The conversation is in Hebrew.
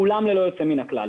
כולם ללא יוצא מן הכלל.